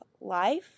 life